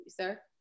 sir